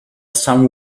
some